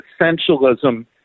essentialism